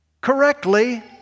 correctly